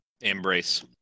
Embrace